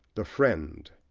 the friend,